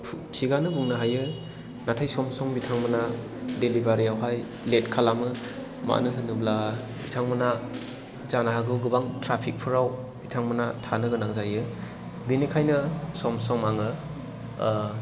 थिगआनो बुंनो हायो नाथाय सम सम बिथांमोना डिलिभारि आवहाय लेट खालामो मानो होनोब्ला बिथांमोना जानो हागौ गोबां ट्राफिक फोराव बिथांमोना थानो गोनां जायो बेनिखायनो सम सम आङो